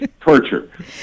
Torture